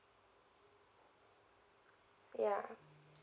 yeah